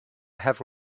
have